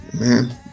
Man